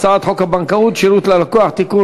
הצעת חוק הבנקאות (שירות ללקוח) (תיקון,